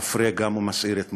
מפרה גם ומסעיר את מוחי.